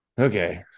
Okay